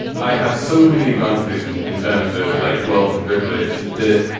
i have so many advantages in in terms of like wealth and privilege that.